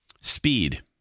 speed